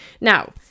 Now